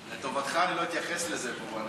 לטובתך, אני לא אתייחס לזה פה בנאום.